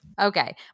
Okay